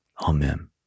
Amen